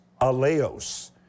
aleos